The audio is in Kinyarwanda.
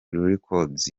records